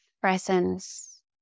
presence